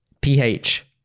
ph